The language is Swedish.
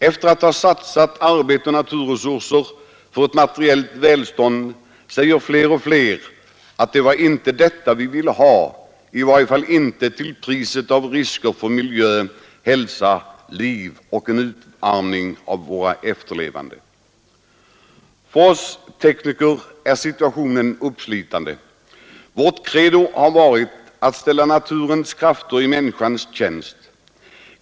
Efter att ha satsat arbete och naturresurser för ett materiellt välstånd säger fler och fler att det var inte detta vi ville ha, i varje fall inte till priset av risker för miljö, hälsa, liv och en utarmning av våra efterlevande. För oss tekniker är situationen uppslitande. Vårt credo har varit att ställa naturens krafter i människans tjänst.